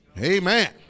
Amen